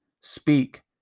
speak